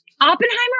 Oppenheimer